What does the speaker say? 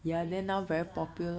crazy lah